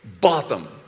bottom